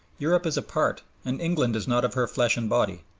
europe is apart and england is not of her flesh and body.